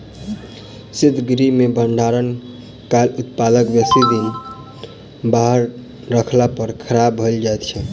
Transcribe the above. शीतगृह मे भंडारण कयल उत्पाद बेसी दिन बाहर रखला पर खराब भ जाइत छै